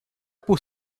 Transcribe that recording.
por